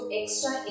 extra